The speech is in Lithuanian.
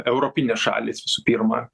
europinės šalys visų pirma